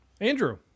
Andrew